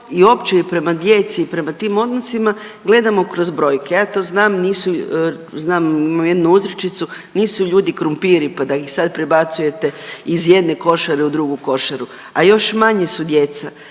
i opće i prema djeci i prema tim odnosima gledamo kroz brojke. Ja to znam, nisu, znam, imam jednu uzrečicu, nisu ljudi krumpiri pa da ih sad prebacujete iz jedne košare u drugu košaru, a još manje su djeca.